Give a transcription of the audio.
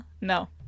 No